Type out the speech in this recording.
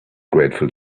grateful